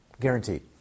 Guaranteed